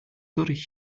durch